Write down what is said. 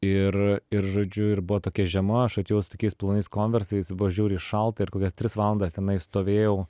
ir ir žodžiu ir buvo tokia žema aš atėjau su tokiais plonais konversais buvo žiauriai šalta ir kokias tris valandas tenai stovėjau